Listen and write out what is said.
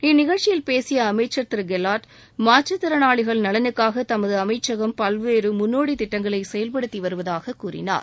இந்நிகழ்ச்சியில் பேசிய அமைச்சர் திரு கெல்லாட் மாற்றத் திறளாளிகள் நலனுக்காக தமது அமைச்சகம் பல்வேறு முன்னோடி திட்டங்களை செயல்படுத்தி வருவதாக கூறினார்